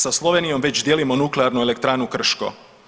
Sa Slovenijom već dijelimo nuklearnu elektranu Krško.